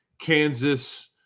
Kansas